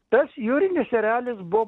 tas jūrinis erelis buvo